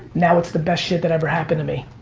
now it's the best shit that ever happened to me.